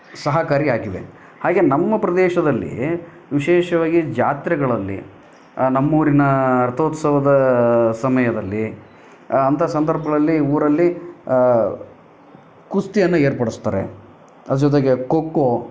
ಸಹಕಾರಿ ಆಗಿವೆ ಹಾಗೆ ನಮ್ಮ ಪ್ರದೇಶದಲ್ಲಿ ವಿಶೇಷವಾಗಿ ಜಾತ್ರೆಗಳಲ್ಲಿ ನಮ್ಮೂರಿನ ರಥೋತ್ಸವದ ಸಮಯದಲ್ಲಿ ಅಂಥ ಸಂದರ್ಭಗಳಲ್ಲಿ ಊರಲ್ಲಿ ಕುಸ್ತಿಯನ್ನು ಏರ್ಪಡಿಸ್ತಾರೆ ಅದ್ರ ಜೊತೆಗೆ ಖೋ ಖೋ